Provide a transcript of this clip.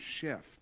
shift